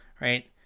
Right